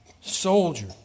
soldier